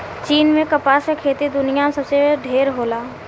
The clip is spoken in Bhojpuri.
चीन में कपास के खेती दुनिया में सबसे ढेर होला